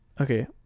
okay